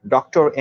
Doctor